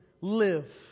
live